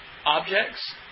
Objects